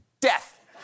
death